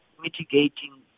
mitigating